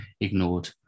ignored